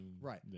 right